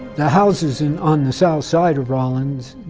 the houses and on the south side of rawlins,